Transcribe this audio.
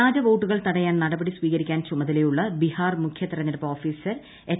വ്യാജ വോട്ടുകൾ തടയാൻ നടപടി സ്വീകരിക്കാൻ ചുമതലയുള്ള ബിഹാർ മുഖ്യ തെരഞ്ഞെടുപ്പ് ഓഫീസർ എച്ച്